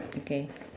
okay